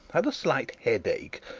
had a slight headache,